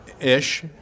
ish